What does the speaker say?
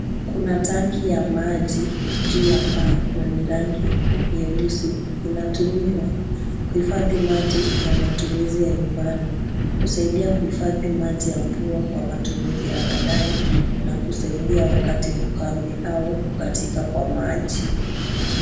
Kuna tanki ya maji juu ya paa na ni rangi nyeusi. Inatumiwa kuhifadhi maji ya matumizi ya nyumbani. Kusaidia kuhifadhi maji ya mvua kwa matumizi ya baadaye na kusaidia wakati wa ukame au kukatika kwa maji.